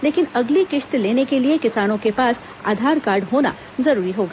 लेकिन अगली किश्त लेने के लिए किसानों के पास आधार कार्ड होना जरूरी होगा